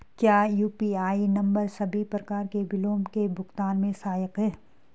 क्या UPI number सभी प्रकार के बिलों के भुगतान में सहायक हैं?